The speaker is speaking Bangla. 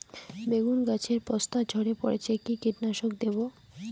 বেগুন গাছের পস্তা ঝরে পড়ছে কি কীটনাশক দেব?